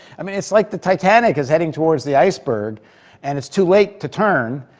i mean, it's like the titanic is heading towards the iceberg and it's too late to turn,